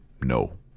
No